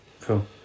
Cool